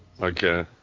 Okay